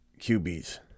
QBs